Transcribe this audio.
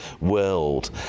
world